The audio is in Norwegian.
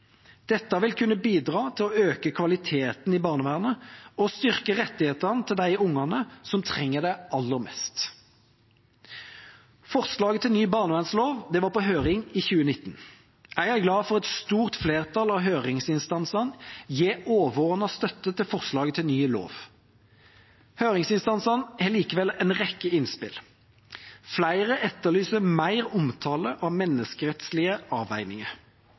Dette vil kunne bidra til å øke kvaliteten i barnevernet og styrke rettighetene til de barna som trenger det aller mest. Forslaget til ny barnevernslov var på høring i 2019. Jeg er glad for at et stort flertall av høringsinstansene gir overordnet støtte til forslaget til ny lov. Høringsinstansene har likevel en rekke innspill. Flere etterlyser mer omtale av menneskerettslige avveininger.